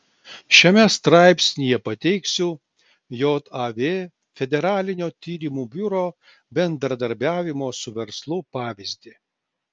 šiame straipsnyje pateiksiu jav federalinio tyrimo biuro bendradarbiavimo su verslu pavyzdį